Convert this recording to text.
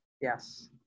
Yes